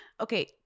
okay